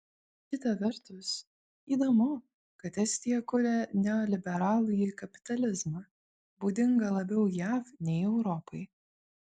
kita vertus įdomu kad estija kuria neoliberalųjį kapitalizmą būdingą labiau jav nei europai